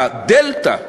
הדלתא,